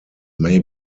may